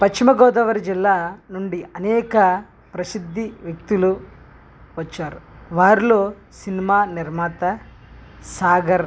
పశ్చిమగోదావరి జిల్లా నుండి అనేక ప్రసిద్ధ వ్యక్తులు వచ్చారు వారిలో సినిమా నిర్మాత సాగర్